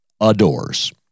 adores